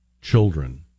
children